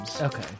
Okay